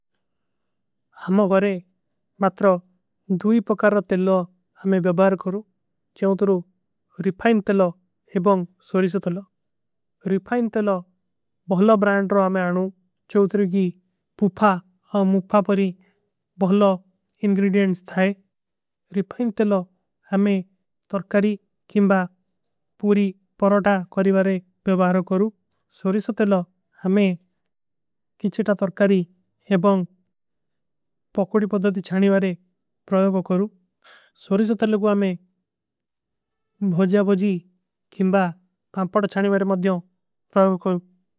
ହମ ଵରେ ମତ୍ର ଦୂଈ ପକାର ତେଲ ଆମେ ଵ୍ଯାଖ୍ଯାନ କରୂ ଚାଉତରୂ। ରିଫାଇନ ତେଲ ଏବଂଗ ସ୍ଵରୀଷତ ତେଲ ରିଫାଇନ ତେଲ ବହୁଲା ବ୍ରାଂଡର। ଆମେ ଆଣୂ ଚାଉତରୂ ଗୀ ପୁଫା ଔର ମୁଫାପରୀ ବହୁଲା ଇଂଗ୍ରିଡିଯେଂଡ୍ସ। ଥାଈ ରିଫାଇନ ତେଲ ଆମେ ତରକାରୀ କେଂବା ପୂରୀ ପରାଟା କରୀ ଵାରେ। ବେଵାର କରୂ ସ୍ଵରୀଷତ ତେଲ ଆମେ କିଛୀ ତା ତରକାରୀ ଏବଂଗ ପକୋଡୀ। ପଦୌତୀ ଚାନୀ ଵାରେ ପ୍ରଯାଵ କରୂ ସ୍ଵରୀଷତ ତେଲ କୋ ଆମେ ଭୋଜଯା। ଭୋଜୀ କେଂବା ପାମପଡା ଚାନୀ ଵାରେ ମଦ୍ଯୋଂ ପ୍ରଯାଵ କରୂ।